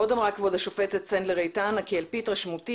עוד אמרה כבוד השופטת סנדלר איתן כי "על פי התרשמותי,